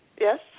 Yes